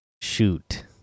Shoot